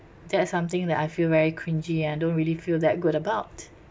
that's something that I feel very cringey I don't really feel that good about